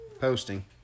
posting